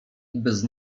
bez